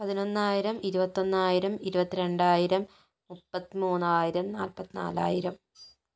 പതിനൊന്നായിരം ഇരുപത്തതൊന്നായിരം ഇരുപത്തി രണ്ടായിരം മുപ്പത്തി മൂന്നായിരം നാല്പത്തി നാലായിരം